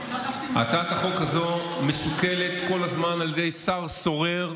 הצעת החוק הזו מסוכלת כל הזמן על ידי שר סורר,